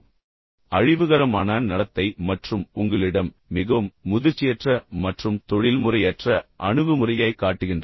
எனவே இவை அனைத்தும் அழிவுகரமான நடத்தை மற்றும் உங்களிடம் மிகவும் முதிர்ச்சியற்ற மற்றும் தொழில்முறையற்ற அணுகுமுறையைக் காட்டுகின்றன